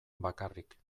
bakarrik